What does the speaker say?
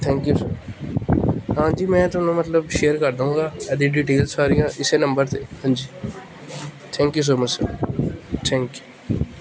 thank you sir ਹਾਂਜੀ ਮੈਂ ਤੁਹਾਨੂੰ ਮਤਲਬ ਸ਼ੇਅਰ ਕਰ ਦਾਗਾ ਇਹਦੀ ਡੀਟੇਲ ਸਾਰੀਆਂ ਇਸੇ ਨੰਬਰ 'ਤੇ ਹਾਂਜੀ thank you so much sir thank you